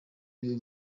niwe